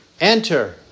enter